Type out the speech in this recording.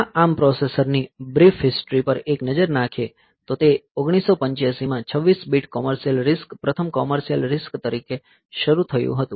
આ ARM પ્રોસેસરની brief history પર એક નજર નાખીએ તો તે 1985 માં 26 બીટ કોમર્શિયલ RISC પ્રથમ કોમર્શિયલ RISC તરીકે શરૂ થયું હતું